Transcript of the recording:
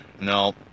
No